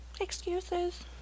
Excuses